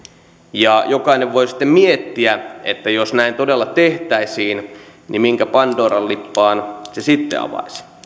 ja jokainen voi sitten miettiä että jos näin todella tehtäisiin niin minkä pandoran lippaan se sitten avaisi